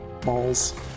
Balls